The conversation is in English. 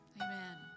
Amen